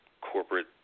corporate